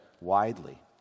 widely